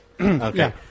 Okay